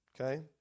okay